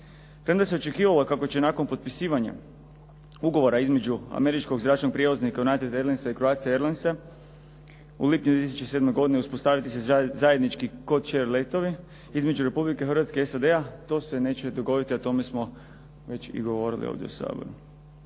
I onda se očekivalo kako će nakon potpisivanja ugovora između američkog zračnog prijevoznika United airlinesa i Croatia airlinesa u lipnju 2007. godine uspostaviti se zajednički … /Govornik se ne razumije./ … između Republike Hrvatske i SAD-a, to se neće dogoditi, o tome smo već i govorili ovdje u Saboru.